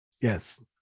yes